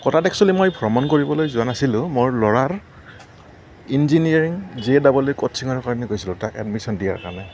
ক'টাত actually মই ভ্ৰমণ কৰিব যোৱা নাছিলোঁ মোৰ ল'ৰাৰ ইঞ্জিনিয়াৰিং জে ডাবল ইৰ কচিঙৰ কাৰণে গৈছিলোঁ তাক এডমিশ্যন দিয়াৰ কাৰণে